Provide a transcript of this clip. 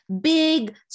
big